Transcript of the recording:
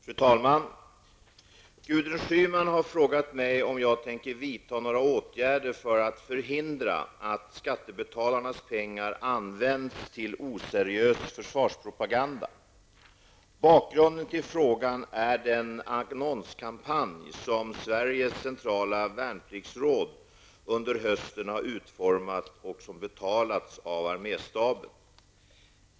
Fru talman! Gudrun Schyman har frågat mig om jag tänker vidta några ågärder för att förhindra att skattebetalarnas pengar används till oseriös försvarspropaganda. Bakgrunden till frågan är den annonskampanj som Sveriges centrala värnpliktsråd, SCVR, under hösten har utformat och som betalats av arméstaben.